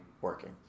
working